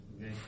Okay